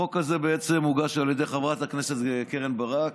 החוק הזה בעצם הוגש על ידי חברת הכנסת קרן ברק,